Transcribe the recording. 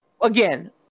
Again